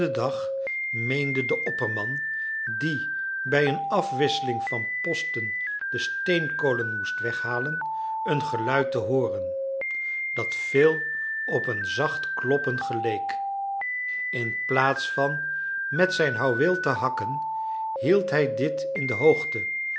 dag meende de opperman die bij een afwisseling van posten de steenkolen moest weghalen een geluid te hooren dat veel op een zacht kloppen geleek inplaats van met zijn houweel te hakken hield hij dit in de hoogte